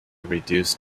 reduce